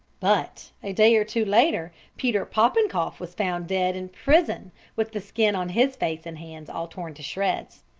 but a day or two later, peter popenkoff was found dead in prison with the skin on his face and hands all torn to shreds.